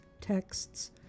texts